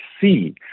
see